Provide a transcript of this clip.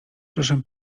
proszę